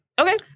Okay